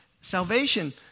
Salvation